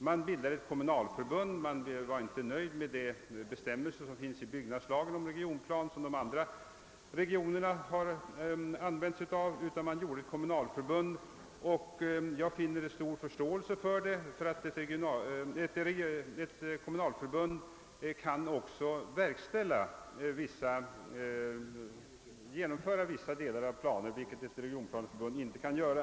Man bildade då ett kommunalförbund, eftersom man inte var nöjd med de bestämmelser om regionplan som finns i byggnadslagen och som övriga områden har följt. Jag har förståelse för denna åtgärd, för ett kommunalförbund kan också genomföra vissa delar av regionplaneförslagen, något som ett regionplaneförbund inte kan göra.